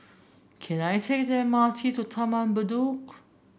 can I take the M R T to Taman Bedok